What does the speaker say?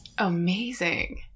amazing